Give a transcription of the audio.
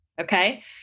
okay